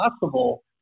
possible